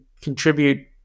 contribute